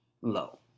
low